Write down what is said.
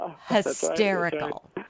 Hysterical